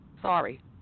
Sorry